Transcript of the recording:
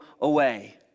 away